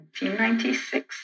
1996